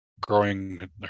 growing